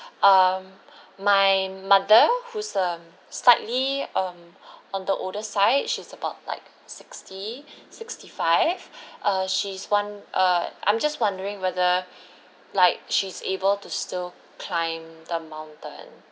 um my mother whose um slightly um on the older side she's about like sixty sixty five uh she's one uh I'm just wondering whether like she's able to still climb the mountain